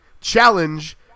challenge